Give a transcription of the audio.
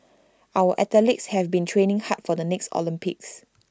our athletes have been training hard for the next Olympics